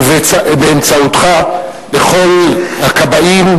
ובאמצעותך לכל הכבאים,